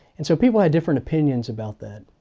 and so people had different opinions about that.